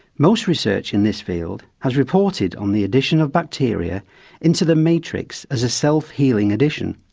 most research in this field has reported on the addition of bacteria into the matrix as a self-healing addition.